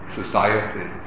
society